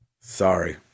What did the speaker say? Sorry